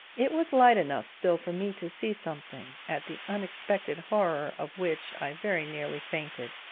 it was light enough still for me to see something, at the unexpected horror of which i very nearly fainted.